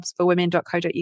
jobsforwomen.co.uk